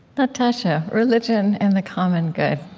natasha, religion and the common good